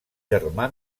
germà